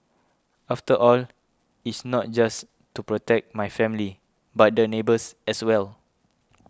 after all it's not just to protect my family but the neighbours as well